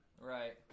Right